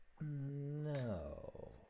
No